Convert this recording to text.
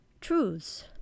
truths